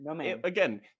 again